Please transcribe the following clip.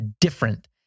different